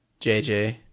JJ